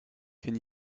can